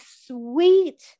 sweet